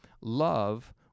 love